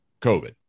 COVID